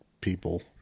people